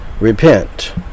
repent